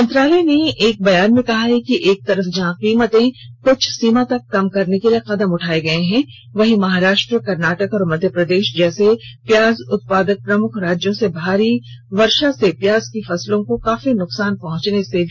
मंत्रालय ने एक बयान में कहा है कि एक तरफ जहां कीमतें कुछ सीमा तक कम करने के लिए कदम उठाए गए हैं वहीं महाराष्ट्र कर्नाटक और मध्य प्रदेश जैसे प्याज उत्पादक प्रमुख राज्यों में भारी वर्षा से प्याज की फसलों को काफी नुकसान पहंचने से भी कीमतों पर असर पडा है